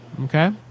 Okay